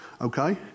okay